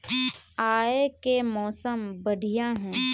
आय के मौसम बढ़िया है?